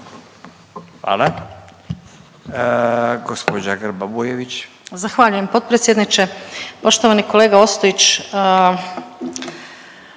Maja (HDZ)** Zahvaljujem potpredsjedniče. Poštovani kolega Ostojić,